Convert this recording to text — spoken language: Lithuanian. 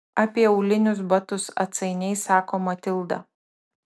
apie aulinius batus atsainiai sako matilda